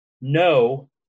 no